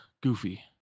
Goofy